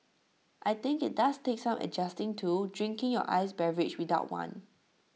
I think IT does take some adjusting to drinking your iced beverage without one